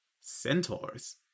Centaurs